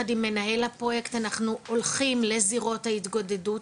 יחד עם מנהל הפרויקט אנחנו הולכים לזירות ההתגודדות,